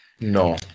No